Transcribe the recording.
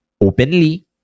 openly